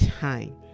time